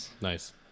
Nice